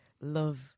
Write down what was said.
love